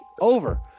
over